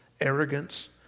arrogance